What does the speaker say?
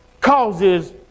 causes